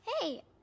Hey